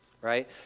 right